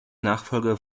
nachfolger